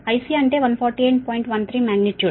13 magnitude